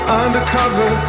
undercover